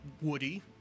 woody